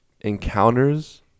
encounters